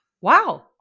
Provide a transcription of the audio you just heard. wow